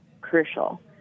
crucial